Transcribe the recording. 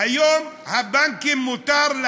היום לבנקים מותר,